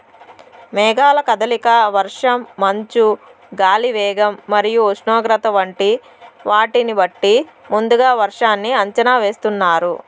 మేఘాల కదలిక, వర్షం, మంచు, గాలి వేగం మరియు ఉష్ణోగ్రత వంటి వాటిని బట్టి ముందుగా వర్షాన్ని అంచనా వేస్తున్నారు